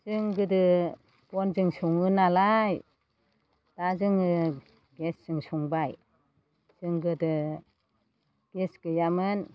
जों गोदो बनजों सङो नालाय दा जोङो गेसजों संबाय जों गोदो गेस गैयामोन